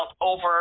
over